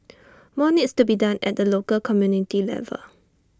more needs to be done at the local community level